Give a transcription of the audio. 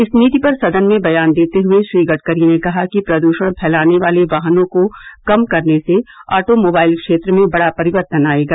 इस नीति पर सदन में बयान देते हुए श्री गडकरी ने कहा कि प्रदूषण फैलाने वाले वाहनों को कम करने से ऑटो मोबाइल क्षेत्र में बडा परिवर्तन आएगा